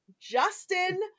Justin